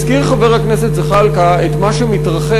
הזכיר חבר הכנסת זחאלקה את מה שמתרחש